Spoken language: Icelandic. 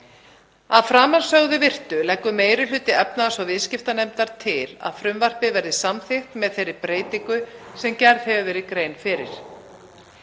Að framansögðu virtu leggur meiri hluti efnahags- og viðskiptanefndar til að frumvarpið verði samþykkt með þeirri breytingu sem gerð hefur verið grein fyrir.